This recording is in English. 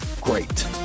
great